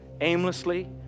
aimlessly